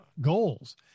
goals